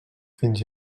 fins